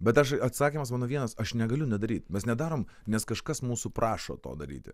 bet aš atsakymas mano vienas aš negaliu nedaryt mes nedarom nes kažkas mūsų prašo to daryti